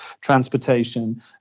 transportation